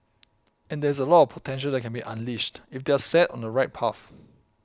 and there is a lot of potential that can be unleashed if they are set on the right path